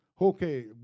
okay